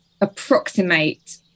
approximate